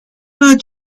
not